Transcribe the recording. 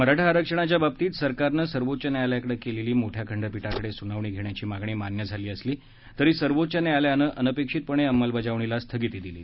मराठा आरक्षणाच्या बाबतीत सरकारने सर्वोच्च न्यायालयाकडे केलेली मोठ्या खंडपिठाकडे सुनावणी घेण्याची मागणी मान्य झाली असली तरी सर्वोच्च न्यायालयानं अनपेक्षितपणे अंमलबजावणीला स्थगिती दिली आहे